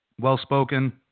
Well-spoken